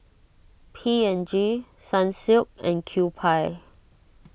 P and G Sunsilk and Kewpie